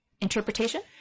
Interpretation